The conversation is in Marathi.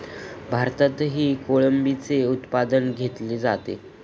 भारतातही कोळंबीचे उत्पादन घेतले जाते